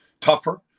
tougher